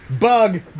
Bug